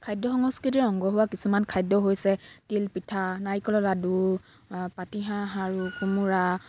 খাদ্য সংস্কৃতিৰ অংগ হোৱা কিছুমান খাদ্য হৈছে তিলপিঠা নাৰিকলৰ লাড়ু পাতিহাঁহ আৰু কোমোৰা